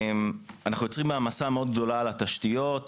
אנחנו יוצרים מעמסה מאוד גדולה על התשתיות,